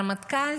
הרמטכ"ל